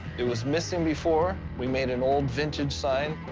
it was missing before. we made an old vintage sign.